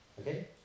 Okay